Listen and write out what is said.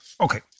okay